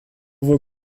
wohl